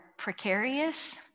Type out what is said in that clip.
precarious